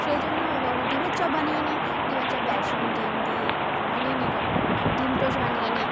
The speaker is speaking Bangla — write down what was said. সেই জন্য কখনো ডিমের চপ বানিয়ে নিই ডিমের চপ বেসন ডিম দিয়ে কখনো বানিয়ে নিই কখনো ডিম টোস্ট বানিয়ে নিই